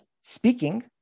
speaking